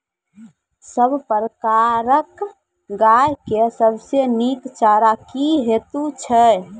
सब प्रकारक गाय के सबसे नीक चारा की हेतु छै?